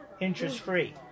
interest-free